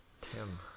Tim